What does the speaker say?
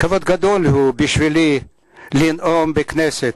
כבוד גדול הוא לי לנאום בכנסת,